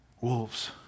wolves